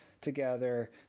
together